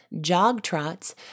jog-trots